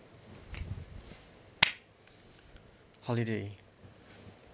holiday